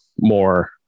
more